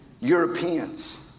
Europeans